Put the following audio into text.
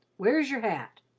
where's your hat?